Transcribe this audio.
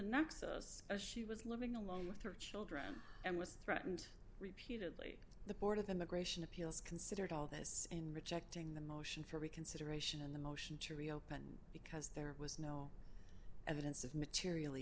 next as she was living along with her children and was threatened repeatedly the board of immigration appeals considered all this in rejecting the motion for reconsideration in the motion to reopen because there was no evidence of materially